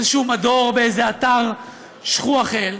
איזשהו מדור באתר שכוח אל.